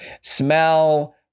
Smell